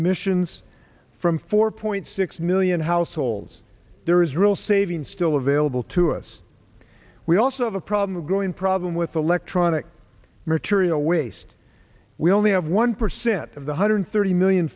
emissions from four point six million households there is real savings still available to us we also have a problem a growing problem with electronic material waste we only have one percent of the hundred thirty million